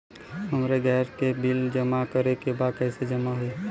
हमके गैस के बिल जमा करे के बा कैसे जमा होई?